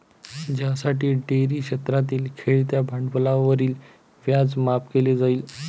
ज्यासाठी डेअरी क्षेत्रातील खेळत्या भांडवलावरील व्याज माफ केले जाईल